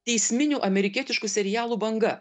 teisminių amerikietiškų serialų banga